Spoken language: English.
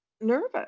nervous